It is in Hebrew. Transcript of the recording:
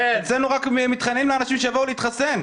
אצלנו רק מתחננים לאנשים שיבואו להתחסן.